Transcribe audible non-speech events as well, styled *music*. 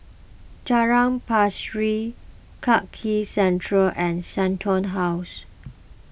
Jalan *unintelligible* Central and Shenton House